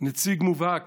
נציג מובהק